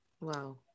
Wow